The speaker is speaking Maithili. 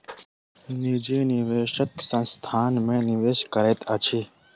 निजी निवेशक संस्थान में निवेश करैत अछि